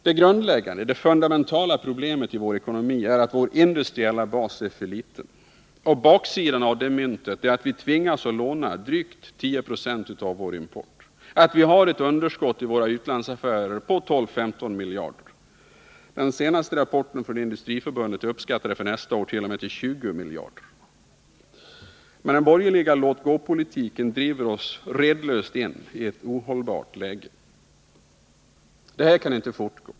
Ett grundproblem i vår ekonomi är att vår industriella bas är för liten. Baksidan av det myntet är att vi tvingas låna till drygt 10 96 av vår import och att vi har ett underskott i våra utlandsaffärer på 12-15 miljarder årligen. I den senaste rapporten från Industriförbundet uppskattas underskottet för nästa år t.o.m. till 20 miljarder. Med den borgerliga låt-gå-politiken driver vi redlöst in i ett ohållbart läge. Detta kan inte fortgå.